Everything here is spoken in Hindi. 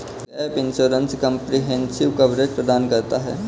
गैप इंश्योरेंस कंप्रिहेंसिव कवरेज प्रदान करता है